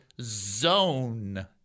zone